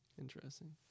Interesting